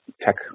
tech